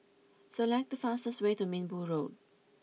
select the fastest way to Minbu Road